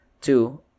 Two